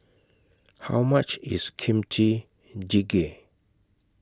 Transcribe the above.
How much IS Kimchi Jjigae